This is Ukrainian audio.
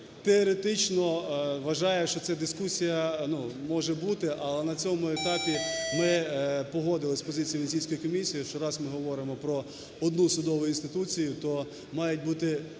теоретично вважає, що це дискусія може бути, але на цьому етапі ми погодились з позицією Венеційської комісії , що раз ми говоримо про одну судову інституцію, то мають бути